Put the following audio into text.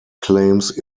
claims